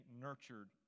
nurtured